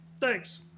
Thanks